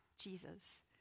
Jesus